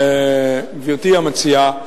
גברתי המציעה,